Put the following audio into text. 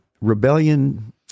rebellion